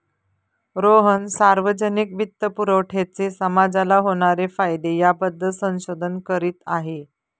रोहन सार्वजनिक वित्तपुरवठ्याचे समाजाला होणारे फायदे याबद्दल संशोधन करीत आहे